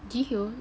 Jihyo